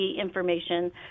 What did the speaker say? information